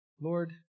Lord